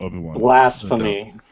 Blasphemy